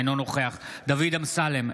אינו נוכח דוד אמסלם,